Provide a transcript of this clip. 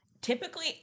typically